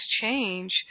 change